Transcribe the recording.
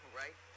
right